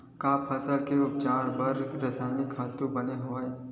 का फसल के उपज बर रासायनिक खातु बने हवय?